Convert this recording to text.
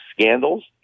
scandals